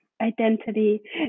identity